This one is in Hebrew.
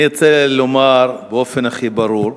אני רוצה לומר באופן הכי ברור: